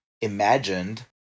imagined